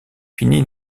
fini